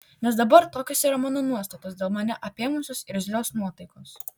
nes dabar tokios yra mano nuostatos dėl mane apėmusios irzlios nuotaikos